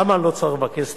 למה אני לא צריך לבקש סליחה?